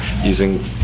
using